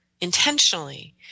intentionally